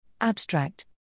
Abstract